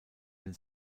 den